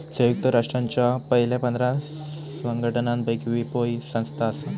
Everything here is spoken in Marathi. संयुक्त राष्ट्रांच्या पयल्या पंधरा संघटनांपैकी विपो ही संस्था आसा